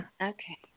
Okay